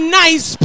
nice